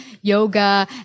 yoga